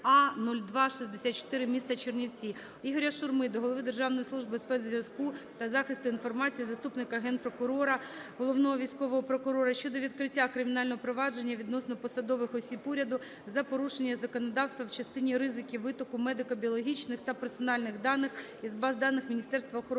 А-0264 міста Чернівці. Ігоря Шурми до Голови Державної служби спецзв'язку та захисту інформації, заступника Генпрокурора - Головного військового прокурора щодо відкриття кримінального провадження відносно посадових осіб уряду за порушення законодавства в частині ризиків витоку медико-біологічних та персональних даних із баз даних Міністерства охорони